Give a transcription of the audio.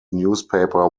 newspaper